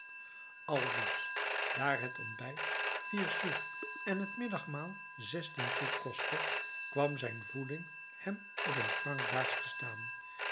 aldus daar het ontbijt vier sous en het middagmaal zestien sous kostte kwam zijn voeding hem op een franc daags te staan